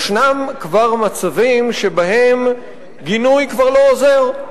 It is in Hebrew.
כי יש מצבים שבהם גינוי כבר לא עוזר,